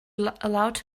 allowed